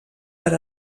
per